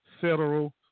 federal